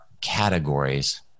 categories